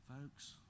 Folks